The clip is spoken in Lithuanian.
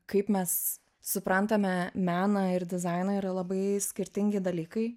kaip mes suprantame meną ir dizainą yra labai skirtingi dalykai